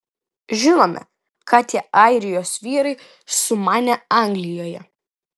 žinome ką tie airijos vyrai sumanė anglijoje